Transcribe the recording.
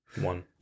One